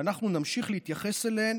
ואנחנו נמשיך להתייחס אליהן